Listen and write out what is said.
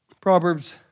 Proverbs